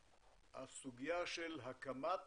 התחדדה הסוגיה של הקמת